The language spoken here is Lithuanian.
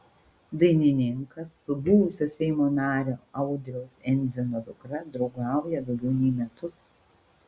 dainininkas su buvusio seimo nario audriaus endzino dukra draugauja daugiau nei metus